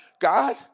God